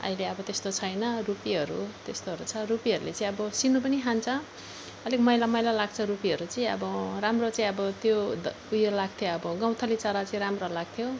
अहिले अब त्यस्तो छैन रुपीहरू त्यस्तोहरू छ रुपीहरूले चाहिँ अब सिनो पनि खान्छ अलिक मैला मैला लाग्छ रुपीहरू चाहिँ अब राम्रो चाहिँ अब त्यो द ऊ यो लाग्थ्यो अब गौथली चरा चाहिँ राम्रो लाग्थ्यो